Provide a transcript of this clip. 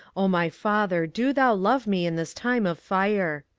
o my father, do thou love me in this time of fire.